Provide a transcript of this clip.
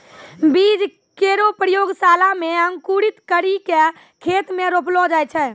बीज केरो प्रयोगशाला म अंकुरित करि क खेत म रोपलो जाय छै